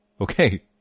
Okay